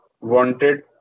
wanted